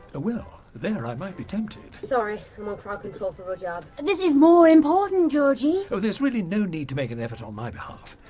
ah well there i might be tempted. sorry, i'm on crowd control for rudyard. and this is more important, georgie! there's really no need to make an effort on my behalf!